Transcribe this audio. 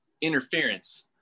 interference